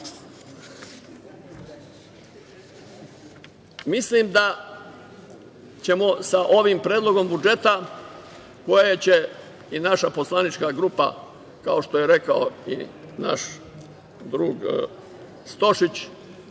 zemlje. Mislim da ćemo sa ovim predlogom budžeta koje će i naša poslanička grupa, kao što je rekao i naš drug Stošić,